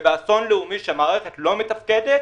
באסון לאומי כשמערכת לא מתפקדת